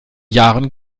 jahren